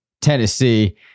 Tennessee